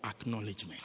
acknowledgement